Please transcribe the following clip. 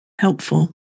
helpful